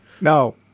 No